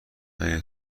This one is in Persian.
مگه